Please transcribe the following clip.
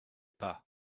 pas